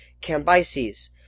Cambyses